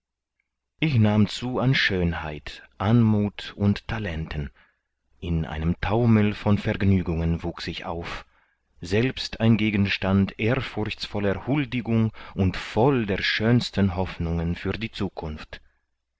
ich nahm zu an schönheit anmuth und talenten in einem taumel von vergnügungen wuchs ich auf selbst ein gegenstand ehrfurchtsvoller huldigung und voll der schönsten hoffnungen für die zukunft